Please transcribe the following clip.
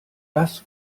das